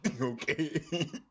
Okay